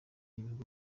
y’ibihugu